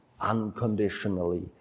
unconditionally